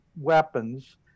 weapons